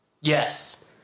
yes